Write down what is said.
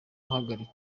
ahagarika